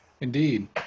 Indeed